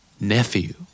Nephew